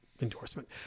endorsement